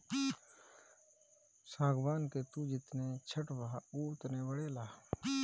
सागवान के तू जेतने छठबअ उ ओतने बढ़ेला